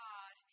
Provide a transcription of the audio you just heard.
God